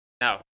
Now